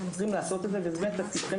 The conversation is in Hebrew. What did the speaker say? צריכים לעשות את זה ובאמת תפקידכם